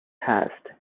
passed